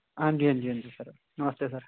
हां जी हां जी नमस्ते सर